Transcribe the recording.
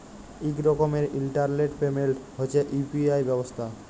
ইক রকমের internet payment হছে ইউ.পি.আই ব্যবস্থা